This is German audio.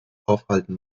aufhalten